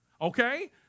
okay